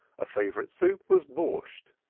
a favorite soup was borsch,